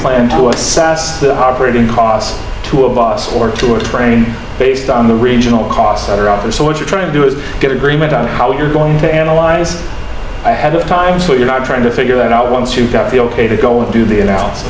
plan to assess the operating costs to a bus or two or train based on the regional costs that are out there so what you're trying to do is get agreement on how you're going to analyze ahead of time so you're not trying to figure that out once you've got the ok to go and do the an